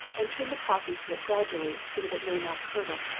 and turn the coffee to it gradually, so that it may not curdle.